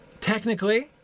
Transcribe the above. Technically